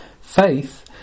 Faith